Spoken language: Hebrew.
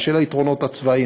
בשל היתרונות הצבאיים,